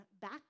back